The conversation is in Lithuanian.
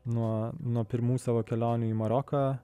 nuo nuo pirmų savo kelionių į maroką